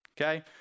Okay